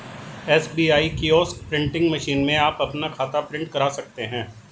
SBI kiosk printing machine में आप अपना खाता प्रिंट करा सकते हैं